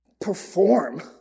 perform